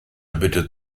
bitte